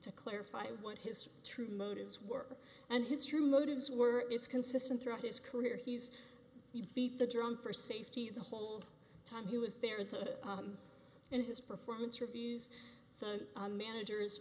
clarify what his true motives were and his true motives were it's consistent throughout his career he's you beat the drum for safety the whole time he was there and his performance reviews so managers